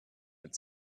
had